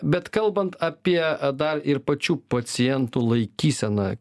bet kalbant apie dar ir pačių pacientų laikyseną